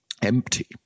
empty